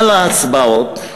על ההצבעות,